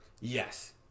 Yes